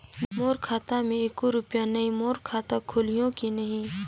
मोर खाता मे एको रुपिया नइ, मोर खाता खोलिहो की नहीं?